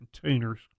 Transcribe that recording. containers